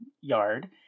yard